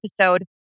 episode